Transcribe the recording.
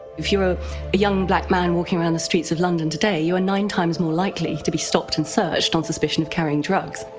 if you are a young black man walking around the streets of london today, you are nine times more likely to be stopped and searched on suspicion of carrying drugs.